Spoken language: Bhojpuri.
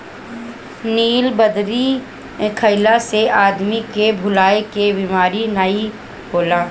नीलबदरी खइला से आदमी के भुलाए के बेमारी नाइ होला